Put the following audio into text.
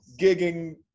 gigging